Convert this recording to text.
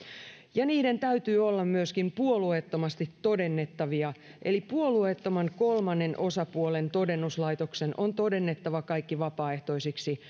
ja niiden täytyy olla myöskin puolueettomasti todennettavia eli puolueettoman kolmannen osapuolen todennuslaitoksen on todennettava kaikki vapaaehtoisiksi